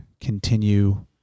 continue